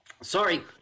Sorry